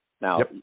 Now